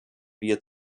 wir